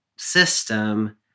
system